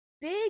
Big